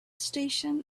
station